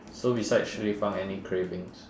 so besides 食立方 any cravings